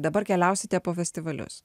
dabar keliausite po festivalius